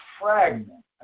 fragment